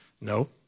No